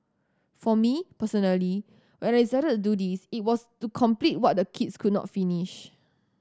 for me personally when I decided to do this it was to complete what the kids could not finish